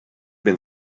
been